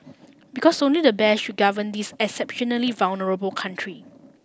because only the best should govern this exceptionally vulnerable country